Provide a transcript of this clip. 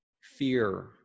fear